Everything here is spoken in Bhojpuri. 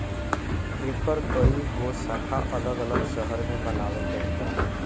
एकर कई गो शाखा अलग अलग शहर में बनावल गईल बा